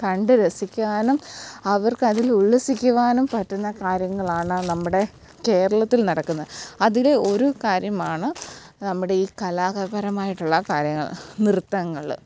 കണ്ട് രസിക്കാനും അവർക്കതിൽ ഉല്ലസിക്കുവാനും പറ്റുന്ന കാര്യങ്ങളാണ് നമ്മുടെ കേരളത്തിൽ നടക്കുന്നത് അതിൽ ഒരു കാര്യമാണ് നമ്മുടെ ഈ കലാപരമായിട്ടുള്ള കാര്യങ്ങൾ നൃത്തങ്ങൾ